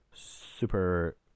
super